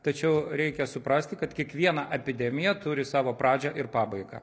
tačiau reikia suprasti kad kiekviena epidemija turi savo pradžią ir pabaigą